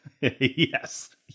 Yes